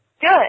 Good